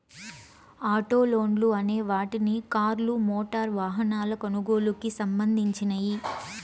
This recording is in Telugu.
ఆటో లోన్లు అనే వాటిని కార్లు, మోటారు వాహనాల కొనుగోలుకి సంధించినియ్యి